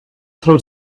throw